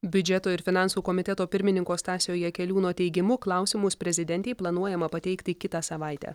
biudžeto ir finansų komiteto pirmininko stasio jakeliūno teigimu klausimus prezidentei planuojama pateikti kitą savaitę